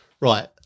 Right